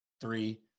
three